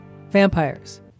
Vampires